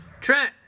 Trent